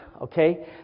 Okay